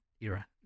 era